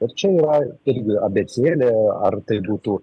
ir čia yra irgi abėcėlė ar tai būtų